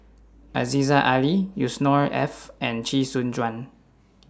Aziza Ali Yusnor Ef and Chee Soon Juan